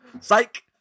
Psych